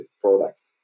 products